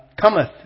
cometh